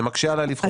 זה מקשה עליי לבחור.